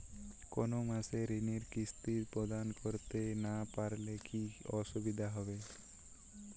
কোনো মাসে ঋণের কিস্তি প্রদান করতে না পারলে কি অসুবিধা হবে?